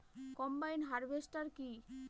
Combine harvester কি?